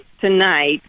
tonight